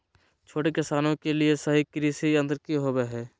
छोटे किसानों के लिए सही कृषि यंत्र कि होवय हैय?